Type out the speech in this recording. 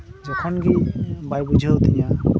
ᱡᱚᱠᱷᱚᱱ ᱜᱮ ᱵᱟᱭ ᱵᱩᱡᱷᱟᱹᱣ ᱛᱤᱧᱟᱹ